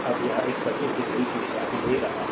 अब यह एक सर्किट की घड़ी की दिशा ले रहा है